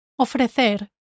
Ofrecer